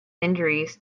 injuries